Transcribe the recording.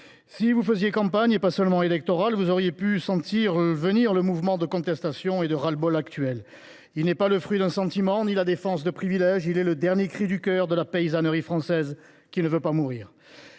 Si vous faisiez campagne autre qu’électorale, vous auriez senti venir le mouvement de contestation, le ras le bol actuel. Ce mouvement n’est pas le fruit d’un sentiment ni ne procède de la défense de privilèges, il est le dernier cri du cœur de la paysannerie française, qui ne veut pas mourir.